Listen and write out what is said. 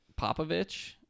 Popovich